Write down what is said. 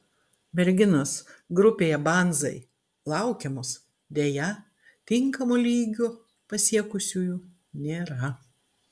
merginos grupėje banzai laukiamos deja tinkamo lygio pasiekusiųjų nėra